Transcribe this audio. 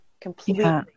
completely